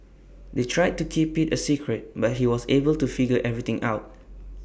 they tried to keep IT A secret but he was able to figure everything out